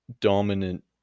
dominant